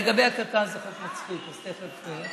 לגבי הקק"ל זה חוק מצחיק, אז אתה יכול.